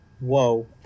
Whoa